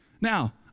Now